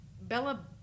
Bella